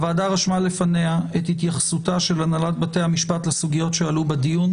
הוועדה רשמה לפניה את התייחסותה של הנהלת בתי המשפט לסוגיות שעלו בדיון,